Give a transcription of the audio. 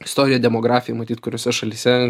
istoriją demografiją matyt kuriose šalyse